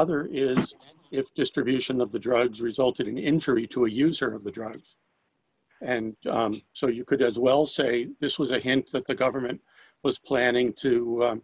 other is if distribution of the drugs resulted in injury to a user of the drugs and so you could as well say this was a hint that the government was planning to